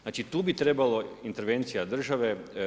Znači tu bi trebalo intervencija države.